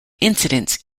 incidents